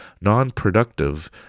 non-productive